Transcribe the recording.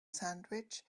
sandwich